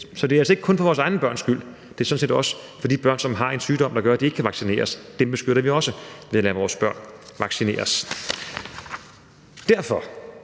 Så det er ikke kun for vores egne børns skyld, det er sådan set også for de børn, som har en sygdom, der gør, at de ikke kan vaccineres, for dem beskytter vi også ved at lade vores børn vaccinere. Derfor